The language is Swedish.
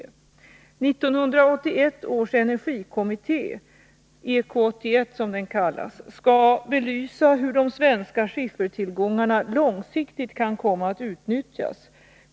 1981 års energikommitté ”— EK 81 som den kallas — ”skall belysa hur de svenska skiffertillgångarna långsiktigt kan komma att utnyttjas.